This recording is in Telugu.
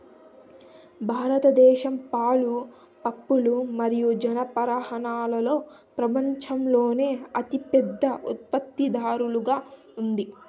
భారతదేశం పాలు, పప్పులు మరియు జనపనారలో ప్రపంచంలోనే అతిపెద్ద ఉత్పత్తిదారుగా ఉంది